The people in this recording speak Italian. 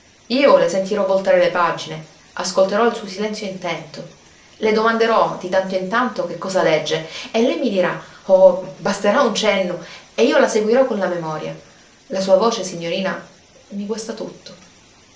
io le sentirò voltare le pagine ascolterò il suo silenzio intento le domanderò di tanto in tanto che cosa legge e lei mi dirà oh basterà un cenno e io la seguirò con la memoria la sua voce signorina mi guasta tutto